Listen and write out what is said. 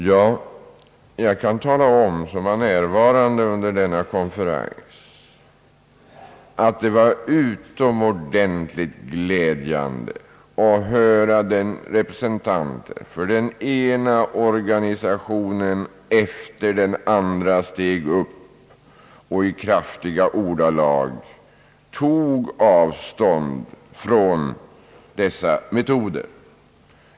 Jag som var närvarande vid denna konferens kan betyga att det var utomordentligt glädjande att höra representanter för den ena organisationen efter den andra i kraftiga ordalag ta avstånd från dessa våldsmetoder.